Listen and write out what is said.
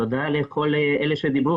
היה פרופסור אורח בארצות הברית,